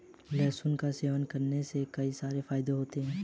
लहसुन का सेवन करने के कई सारे फायदे होते है